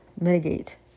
mitigate